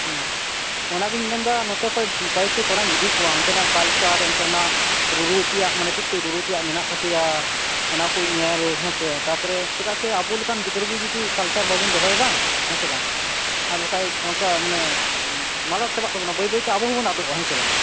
ᱚᱱᱟᱜᱮᱧ ᱢᱮᱱᱫᱟ ᱱᱚᱛᱮ ᱠᱷᱚᱡ ᱠᱚᱭᱮᱠ ᱴᱤ ᱠᱚᱲᱟᱧ ᱤᱫᱤ ᱠᱚᱣᱟ ᱚᱱᱛᱮᱱᱟᱜ ᱠᱟᱞᱪᱟᱨ ᱚᱱᱛᱮᱱᱟᱜ ᱨᱩᱨᱩᱛᱮᱭᱟᱜ ᱢᱟᱱᱮ ᱪᱮᱫ ᱠᱚ ᱨᱩᱨᱩᱛᱮᱭᱟᱜ ᱢᱮᱱᱟᱜ ᱛᱟᱯᱮᱭᱟ ᱚᱱᱟᱠᱚᱹᱧ ᱧᱮᱞ ᱦᱮᱸᱥᱮ ᱛᱟᱯᱚᱨᱮ ᱪᱮᱫᱟᱜ ᱪᱮ ᱟᱵᱚ ᱞᱮᱠᱟᱱ ᱜᱤᱫᱽᱨᱟᱹ ᱜᱮ ᱡᱩᱫᱤ ᱠᱟᱞᱪᱟᱨ ᱵᱟᱵᱚᱱ ᱫᱚᱦᱚᱭ ᱵᱟᱝ ᱦᱮᱸᱪᱮ ᱵᱟᱝ ᱟᱨ ᱵᱟᱠᱟᱡ ᱚᱸᱠᱟ ᱢᱟᱱᱮ ᱢᱟᱞᱚᱴ ᱪᱟᱵᱟᱜ ᱛᱟᱵᱚᱱᱟ ᱵᱟ ᱭ ᱵᱟ ᱭᱛᱮ ᱟᱵᱚ ᱦᱚᱸᱵᱚᱱ ᱟᱫᱚᱜᱼᱟ ᱦᱮᱸ ᱛᱚ ᱵᱟᱝᱼᱟ